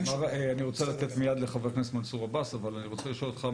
אני רוצה לתת מיד לחבר הכנסת מנסור עבאס אבל אני רוצה לשאול אותך,